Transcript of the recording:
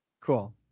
Cool